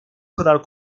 kadar